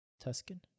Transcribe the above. Tuscan